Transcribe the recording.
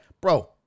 bro